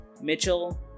Mitchell